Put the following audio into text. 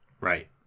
Right